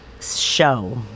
show